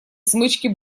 смычки